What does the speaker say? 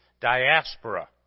diaspora